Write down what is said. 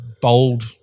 bold